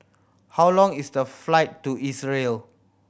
how long is the flight to Israel